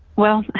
well,